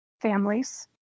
families